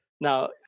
Now